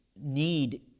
need